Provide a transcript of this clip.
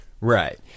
Right